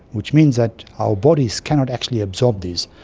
which means that our bodies cannot actually absorbs this.